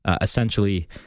essentially